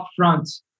upfront